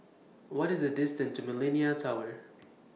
What IS The distance to Millenia Tower